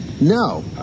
no